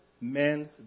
men